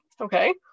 Okay